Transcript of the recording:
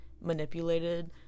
manipulated